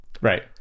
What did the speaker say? Right